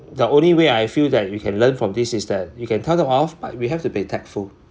the only way I feel that you can learn from this is that you can tell them off but we have to be tactful